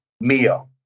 Mio